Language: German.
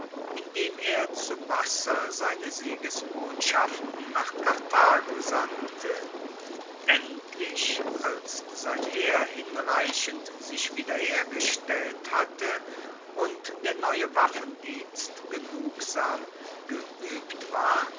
indem er zu wasser seine siegesbotschaften nach karthago sandte endlich als sein heer hinreichend sich wiederhergestellt hatte und der neue waffendienst genugsam geuebt war